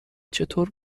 چطور